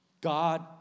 God